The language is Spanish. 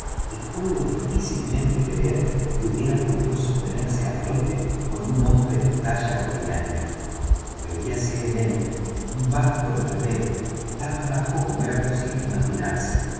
y puedo difícilmente creer que hubiera podido sostenerse á flote con un hombre de talla ordinaria veíase en él un banco de remero tan bajo como era posible imaginarse